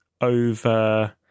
over